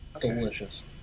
Delicious